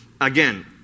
again